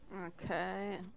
Okay